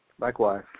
Likewise